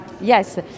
yes